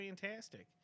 fantastic